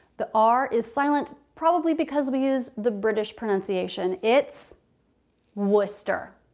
the r is silent probably because we use the british pronunciation it's worcester.